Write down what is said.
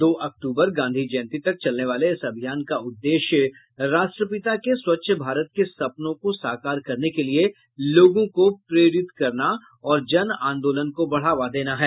दो अक्तूबर गांधी जयंती तक चलने वाले इस अभियान का उद्देश्य राष्ट्रपिता के स्वच्छ भारत के सपनों को साकार करने के लिए लोगों को प्रेरित करना और जन आंदोलन को बढ़ावा देना है